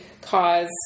cause